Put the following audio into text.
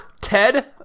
Ted